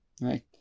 right